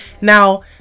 now